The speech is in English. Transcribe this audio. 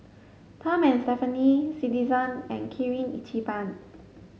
Tom and Stephanie Citizen and Kirin Ichiban